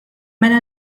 mela